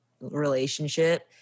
relationship